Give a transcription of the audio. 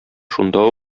шунда